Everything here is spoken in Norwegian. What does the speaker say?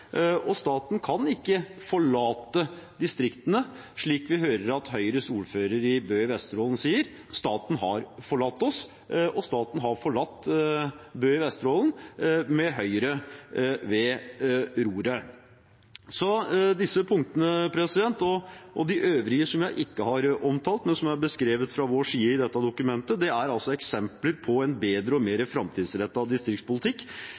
Staten kan ikke forlate distriktene, slik vi hører at Høyres ordfører i Bø i Vesterålen sier: «Staten har forlatt oss». Staten har forlatt Bø i Vesterålen med Høyre ved roret. Disse punktene og de øvrige som jeg ikke har omtalt, men som er beskrevet fra vår side i dette dokumentet, er eksempler på en bedre og mer framtidsrettet distriktspolitikk,